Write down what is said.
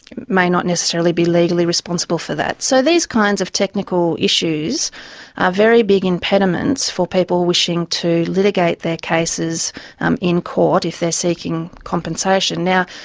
may not necessarily be legally responsible for that. so these kinds of technical issues are very big impediments for people wishing to litigate their cases um in court, if they're seeking compensation. now,